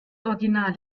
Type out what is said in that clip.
original